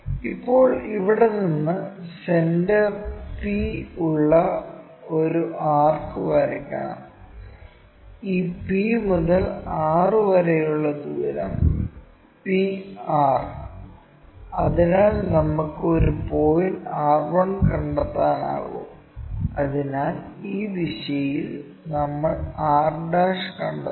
ഇപ്പോൾ ഇവിടെ നിന്ന് സെൻറർ p ഉള്ള ഒരു ആർക്ക് വരയ്ക്കണം ഈ p മുതൽ r വരെയുള്ള ദൂരം pr അതിനാൽ നമുക്ക് ഒരു പോയിന്റ് r1 കണ്ടെത്താനാകും അതിനാൽ ഈ ദിശയിൽ നമ്മൾ r1 കണ്ടെത്തുന്നു